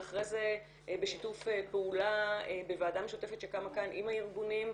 ואחרי זה בשיתוף פעולה בוועדה משותפת שקמה כאן עם הארגונים.